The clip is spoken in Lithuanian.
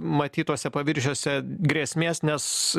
matyt tuose paviršiuose grėsmės nes